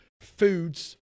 foods